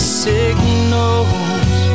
signals